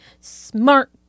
smart